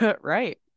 right